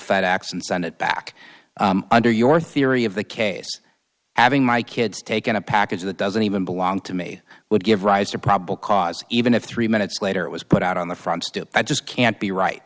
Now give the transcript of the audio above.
fed ex and send it back under your theory of the case having my kids taken a package that doesn't even belong to me would give rise to probable cause even if three minutes later it was put out on the front stoop i just can't be right